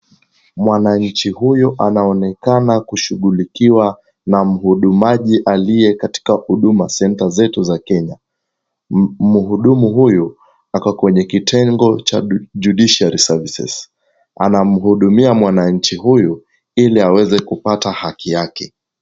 Mwananchi huyu anaonekana kushughulikiwa na mhudumaji aliye katika Huduma Center zetu za Kenya. Mhudumu huyu ako kwenye kitengo cha judiciary services . Anamhudumia mwananchi huyu, ili aweze kupata haki yake.